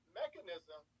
mechanism